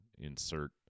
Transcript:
insert